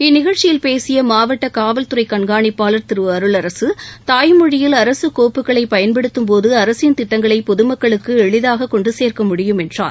இந்நிகழ்ச்சியில் பேசிய மாவட்ட காவல்துறை கண்காணிப்பாளர் திரு அருளரசு தாய்மொழியில் அரசு கோப்புக்களை பயன்படுத்தும் போது அரசின் திட்டங்களை பொதுமக்களுக்கு எளிதாக கொண்டு சேர்க்க முடியும் என்றார்